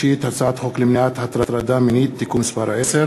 הצעת חוק למניעת הטרדה מינית (תיקון מס' 10),